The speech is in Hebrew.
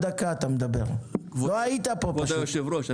כבוד היושב-ראש,